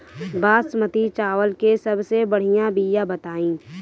बासमती चावल के सबसे बढ़िया बिया बताई?